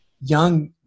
young